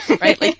right